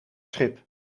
schip